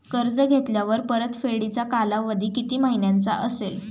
कर्ज घेतल्यावर परतफेडीचा कालावधी किती महिन्यांचा असेल?